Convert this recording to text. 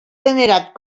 venerat